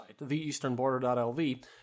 theeasternborder.lv